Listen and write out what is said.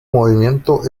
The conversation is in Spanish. movimiento